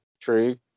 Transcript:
True